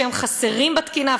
שהם חסרים בתקינה,